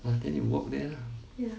ah then you walk there lah